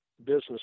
business